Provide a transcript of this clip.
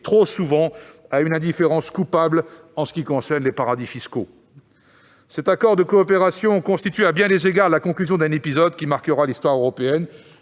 trop souvent, à une indifférence coupable en ce qui concerne les paradis fiscaux ? Cet accord de coopération constitue, à bien des égards, la conclusion d'un épisode qui marquera l'histoire européenne.